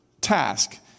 task